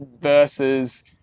versus